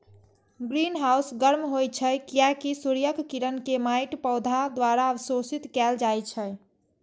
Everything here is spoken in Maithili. ग्रीनहाउस गर्म होइ छै, कियैकि सूर्यक किरण कें माटि, पौधा द्वारा अवशोषित कैल जाइ छै